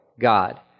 God